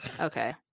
okay